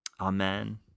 Amen